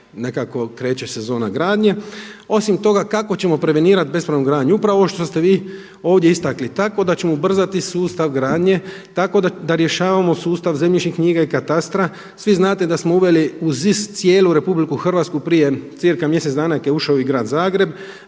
nekako kreće sezona gradnje. Osim toga kako ćemo prevenirati bespravnu gradnju, upravo ovo što ste vi ovdje istaknuli, tako da ćemo ubrzati sustav gradnje, tako da rješavamo sustav zemljišnih knjiga i katastra. Svi znate da smo uveli ZIS cijelu RH prije cca mjesec dana te je ušao i grad Zagreb.